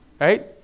Right